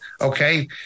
okay